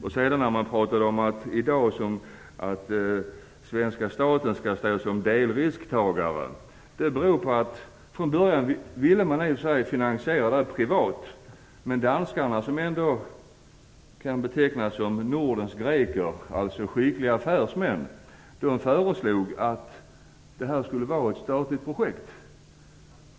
I dag pratar man om att svenska staten skall stå som delrisktagare. Från början ville man i och för sig finansiera detta privat, men danskarna, som ändå kan betecknas som Nordens greker, alltså skickliga affärsmän, föreslog att detta skulle vara ett statligt projekt.